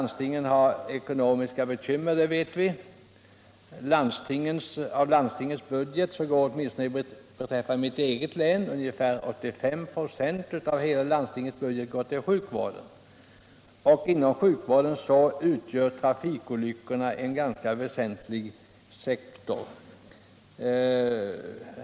Dessa har ekonomiska bekymmer, det vet vi. Åtminstone i mitt eget län går ungefär 85 26 av hela budgeten till sjukvården, och inom sjukvården upptar trafikolyckorna en ganska väsentlig sektor.